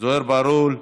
זוהיר בהלול,